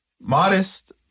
Modest